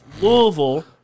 Louisville